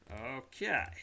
Okay